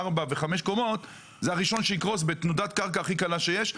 ארבע או חמש קומות הוא הראשון שיקרוס בתנודת קרקע הכי קלה שיש,